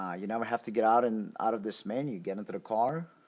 ah you never have to get out and out of this menu. you get into the car,